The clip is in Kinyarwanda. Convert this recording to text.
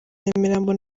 nyamirambo